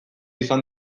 izan